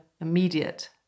immediate